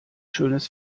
schönes